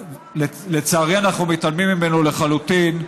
ולצערי אנחנו מתעלמים ממנו לחלוטין,